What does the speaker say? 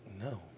No